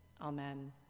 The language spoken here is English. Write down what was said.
Amen